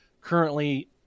currently